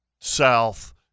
South